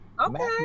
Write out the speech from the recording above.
Okay